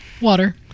Water